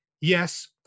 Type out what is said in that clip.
Yes